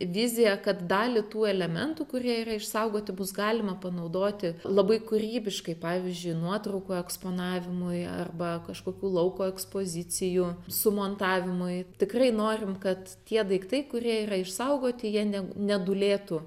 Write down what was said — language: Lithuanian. viziją kad dalį tų elementų kurie yra išsaugoti bus galima panaudoti labai kūrybiškai pavyzdžiui nuotraukų eksponavimui arba kažkokių lauko ekspozicijų sumontavimui tikrai norim kad tie daiktai kurie yra išsaugoti jie ne nedūlėtų